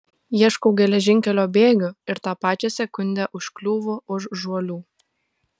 ieškau geležinkelio bėgių ir tą pačią sekundę užkliūvu už žuolių